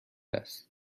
است